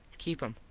keep em.